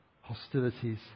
hostilities